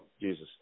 Jesus